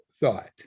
thought